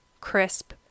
crisp